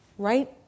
Right